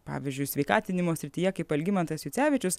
pavyzdžiui sveikatinimo srityje kaip algimantas jucevičius